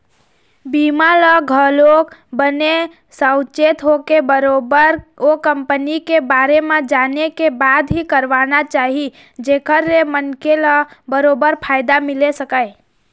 बीमा ल घलोक बने साउचेत होके बरोबर ओ कंपनी के बारे म जाने के बाद ही करवाना चाही जेखर ले मनखे ल बरोबर फायदा मिले सकय